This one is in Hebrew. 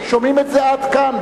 שומעים את זה עד כאן.